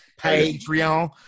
Patreon